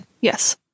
Yes